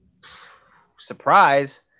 surprise